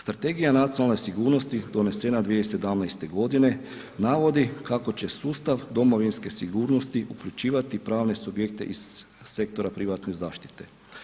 Strategija nacionalne sigurnosti donesena 2017.g. navodi kako će sustav domovinske sigurnosti uključivati pravne subjekte iz sektora privatne zaštite.